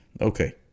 okay